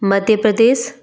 Madhya Pradesh